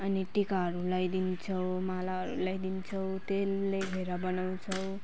अनि टिकाहरू लाइदिन्छौँ मालाहरू लाइदिन्छौँ तेलले घेरा बनाउँछौँ